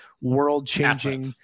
world-changing